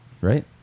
right